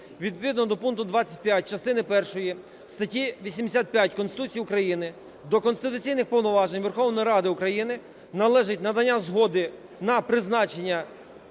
відповідно до пункту 25 частини першої статті 85 Конституції України, до конституційних повноважень Верховної Ради України належить надання згоди на призначення